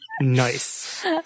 Nice